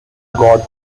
got